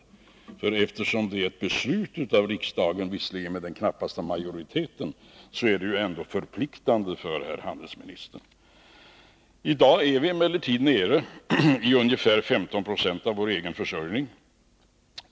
Eftersom denna riktpunkt är ett beslut av riksdagen — visserligen med den knappaste majoritet — är den ändå förpliktande för handelsministern. I dag är vi emellertid nere i ungefär 15 26 av vår egen försörjning.